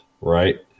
Right